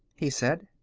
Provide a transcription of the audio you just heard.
he said.